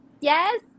Yes